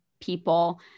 people